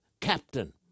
captain